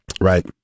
Right